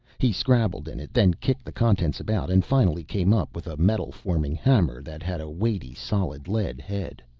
he scrabbled in it, then kicked the contents about and finally came up with a metal-forming hammer that had a weighty solid lead head.